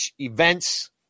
events